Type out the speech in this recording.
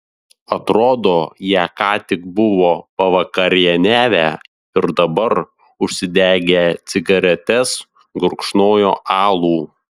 atrodo jie ką tik buvo pavakarieniavę ir dabar užsidegę cigaretes gurkšnojo alų